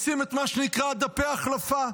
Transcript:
עושים את מה שנקרא "דפי החלפה"